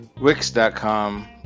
Wix.com